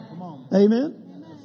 Amen